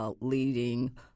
leading